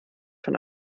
von